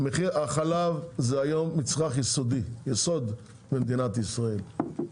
החלב זה היום מצרך יסוד במדינת ישראל,